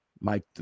Mike